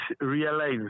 realize